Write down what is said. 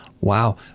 Wow